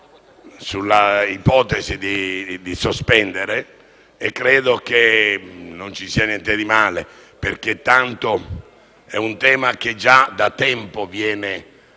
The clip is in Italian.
sull'ipotesi di sospendere e credo che non ci sia niente di male, perché tanto è un tema che già da tempo è all'attenzione